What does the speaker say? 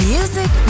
Music